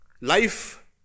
Life